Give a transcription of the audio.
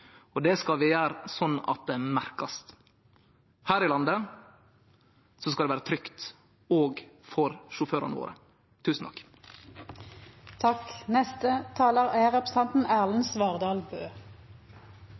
og det skal vi gjere sånn at det merkast. Her i landet skal det vere trygt òg for sjåførane våre. I Nord-Norge har vi fisken, energien, mineralene og naturen. Det er